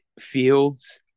Fields